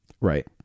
Right